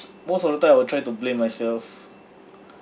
most of the time I will try to blame myself